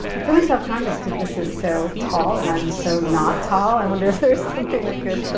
i'm feeling self conscious cause this is so tall and i'm so not tall, i wonder if there's something i could,